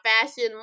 fashion